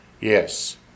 Yes